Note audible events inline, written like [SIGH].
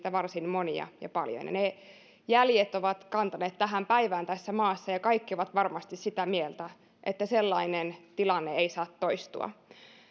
[UNINTELLIGIBLE] varsin monia ja paljon ja ne jäljet ovat kantaneet tähän päivään tässä maassa ja kaikki ovat varmasti sitä mieltä että sellainen tilanne ei saa toistua